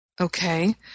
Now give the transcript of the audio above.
okay